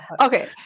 Okay